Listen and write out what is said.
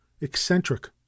Eccentric